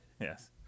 Yes